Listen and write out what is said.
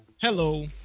hello